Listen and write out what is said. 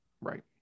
Right